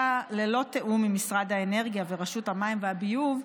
ללא תיאום עם משרד המים ורשות המים והביוב,